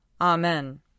Amen